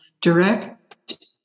direct